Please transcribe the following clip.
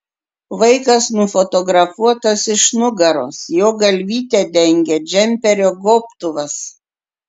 vaikas nufotografuotas iš nugaros jo galvytę dengia džemperio gobtuvas